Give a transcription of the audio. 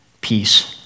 peace